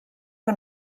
que